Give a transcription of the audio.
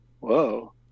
Whoa